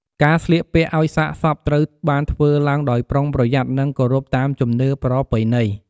ការស្លៀកពាក់អោយសាកសពត្រូវបានធ្វើឡើងដោយប្រុងប្រយ័ត្ន និងគោរពតាមជំនឿប្រពៃណី។